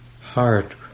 heart